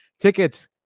tickets